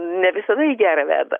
ne visada į gerą veda